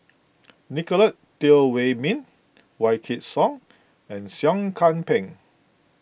Nicolette Teo Wei Min Wykidd Song and Seah Kian Peng